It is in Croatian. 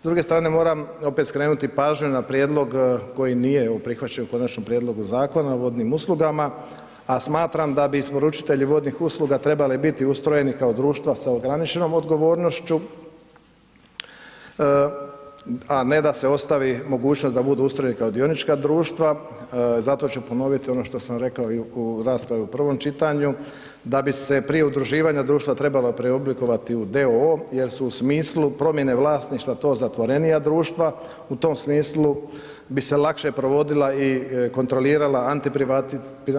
S druge strane moram opet skrenuti pažnju na prijedlog koji nije evo prihvaćen u Konačnom prijedlogu Zakona o vodnim uslugama, a smatram da bi isporučitelji vodnih usluga trebali biti ustrojeni kao društvo sa ograničenom odgovornošću, a ne da se ostavi mogućnost da budu ustrojeni kao dionička društva, zato ću ponovit ono što sam rekao i u raspravi u prvom čitanju, da bi se prije udruživanja društva trebala preoblikovati u d.o.o. jer su u smislu promjene vlasništva to zatvorenija društva, u tom smislu bi se lakše provodila i kontrolirala